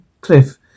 Cliff